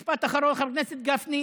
משפט אחרון, חבר הכנסת גפני,